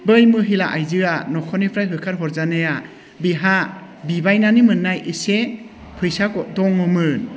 बै महिला आइजोया न'खरनिफ्राय होखारहरजानाया बिहा बिबायनानै मोननाय इसे फैसा दङमोन